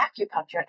acupuncture